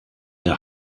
der